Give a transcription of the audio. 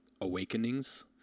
awakenings